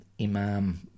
imam